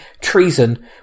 Treason